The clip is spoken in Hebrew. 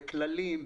בכללים,